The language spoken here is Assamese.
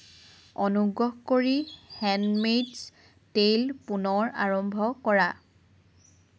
অনুগ্ৰহ কৰি হেণ্ডমেইডছ টেইল পুনৰ আৰম্ভ কৰা